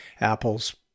Apple's